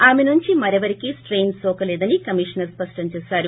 ఆమె నుంచి మరెవరికీ స్లెయిన్ నోకలేదని కమిషనర్ స్పష్లం చేశారు